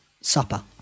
supper